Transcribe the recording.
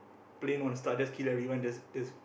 plain on start just kill everyone that's that's